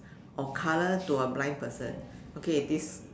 or colour to a blind person okay this